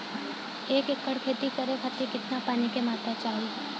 एक एकड़ खेती करे खातिर कितना पानी के मात्रा चाही?